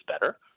better